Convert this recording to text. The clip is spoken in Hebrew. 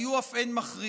היו אף הן מכריעות.